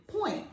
point